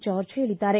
George ಹೇಳಿದ್ದಾರೆ